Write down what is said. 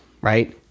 right